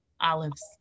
Olives